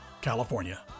California